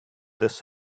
this